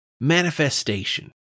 manifestation